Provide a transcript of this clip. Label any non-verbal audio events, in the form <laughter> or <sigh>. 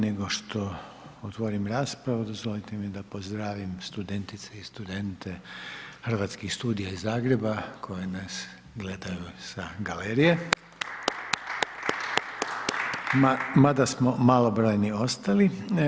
nego što otvorim raspravu, dozvolite mi da pozdravim studentice i studente Hrvatskih studija iz Zagreba, koji nas gledaju sa galerije. … <applause> Ma da smo malobrojni ostali.